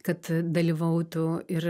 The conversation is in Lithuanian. kad dalyvautų ir